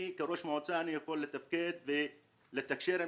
אני כראש מועצה יכול לתפקד ולתקשר עם